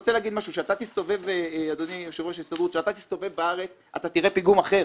כשאתה אדוני היושב-ראש תסתובב בארץ אתה תראה פיגום אחר.